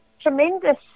tremendous